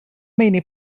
meini